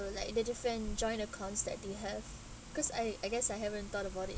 or like the different joint accounts that they have cause I I guess I haven't thought about it